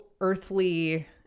earthly